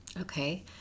Okay